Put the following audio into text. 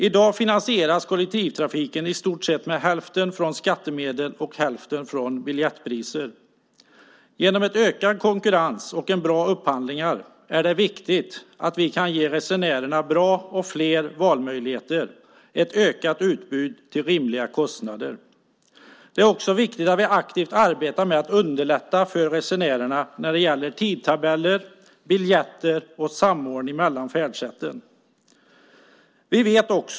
I dag finansieras kollektivtrafiken i stort sett till hälften med skattemedel och till hälften med biljettintäkter. Det är viktigt att vi genom en ökad konkurrens och bra upphandlingar kan ge resenärerna bra och flera valmöjligheter, ett ökat utbud till rimliga kostnader. Det är också viktigt att vi aktivt arbetar med att underlätta för resenärerna när det gäller tidtabeller, biljetter och samordning mellan färdsätten.